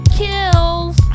kills